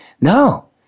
No